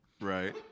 Right